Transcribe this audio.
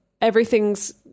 everything's